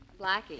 Blackie